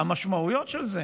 והמשמעויות של זה,